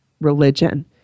religion